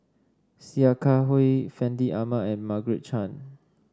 Sia Kah Hui Fandi Ahmad and Margaret Chan